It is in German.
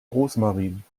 rosmarin